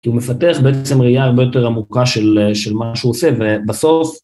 כי הוא מפתח בעצם ראייה הרבה יותר עמוקה של מה שהוא עושה, ובסוף...